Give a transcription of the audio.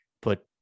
put